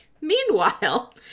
meanwhile